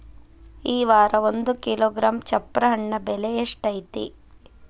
ಈ ವಾರ ಒಂದು ಕಿಲೋಗ್ರಾಂ ಚಪ್ರ ಹಣ್ಣ ಬೆಲೆ ಎಷ್ಟು ಐತಿ?